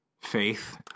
faith